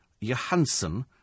Johansson